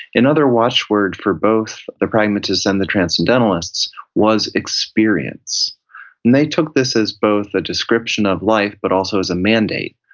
another watchword for both the pragmatists and the transcendentalists was experience, and they took this as both a description of life, but also as a mandate.